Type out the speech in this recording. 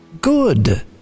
Good